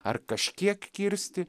ar kažkiek kirsti